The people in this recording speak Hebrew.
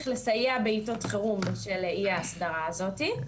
לסייע בעתות חירום בשל אי ההסדרה הזאתי.